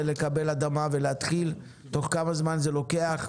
לקבל אדמה ולהתחיל תוך כמה זמן זה לוקח.